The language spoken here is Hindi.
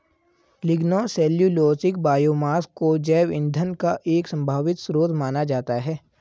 लिग्नोसेल्यूलोसिक बायोमास को जैव ईंधन का एक संभावित स्रोत माना जाता है